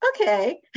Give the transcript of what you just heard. okay